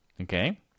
okay